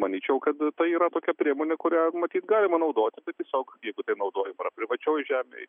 manyčiau kad tai yra tokia priemonė kurią matyt galima naudoti bet tiesiog jeigu naudoji privačioj žemėj